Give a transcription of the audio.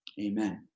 Amen